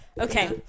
Okay